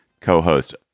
co-host